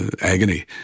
agony